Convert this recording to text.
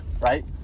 right